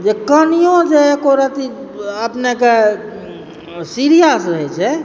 जे कनिओ जे एको रति अपनेकऽ सीरियस रहैत छै